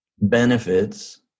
benefits